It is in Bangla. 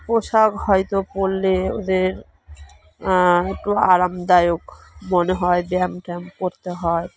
পোশাক হয়তো পরলে ওদের একটু আরামদায়ক মনে হয় ব্যায়াম ট্যায়াম করতে হয়